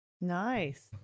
nice